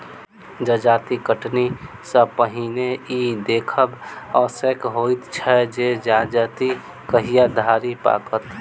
जजाति कटनी सॅ पहिने ई देखब आवश्यक होइत छै जे जजाति कहिया धरि पाकत